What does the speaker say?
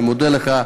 אני מודה לך.